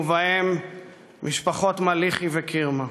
ובהן משפחות מליחי וקירמה.